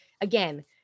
again